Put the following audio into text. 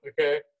Okay